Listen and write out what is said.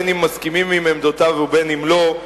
אם מסכימים עם עמדותיו ואם לא,